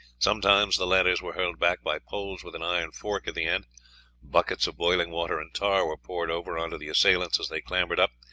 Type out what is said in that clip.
sometimes the ladders were hurled back by poles with an iron fork at the end buckets of boiling water and tar were poured over on to the assailants as they clambered up,